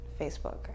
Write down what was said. Facebook